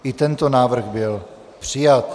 I tento návrh byl přijat.